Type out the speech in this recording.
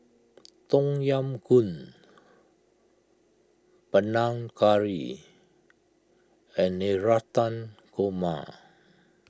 Tom Yam Goong Panang Curry and Navratan Korma